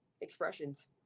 expressions